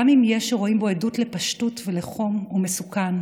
גם אם יש שרואים בו עדות לפשטות ולחום, הוא מסוכן.